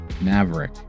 Maverick